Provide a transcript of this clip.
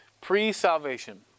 pre-salvation